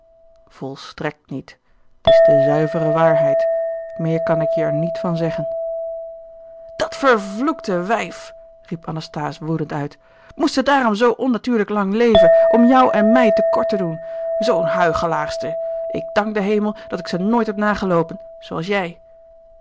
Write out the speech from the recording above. volstrekt niet t is de zuivere waarheid meer kan ik je er niet van zeggen gerard keller het testament van mevrouw de tonnette dat vervloekte wijf riep anasthase woedend uit moest ze daarom zoo onnatuurlijk lang leven om jou en mij te kort te doen zoo'n huichelaarster ik dank den hemel dat ik ze nooit heb nageloopen zoo als jij